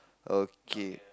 okay